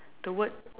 the word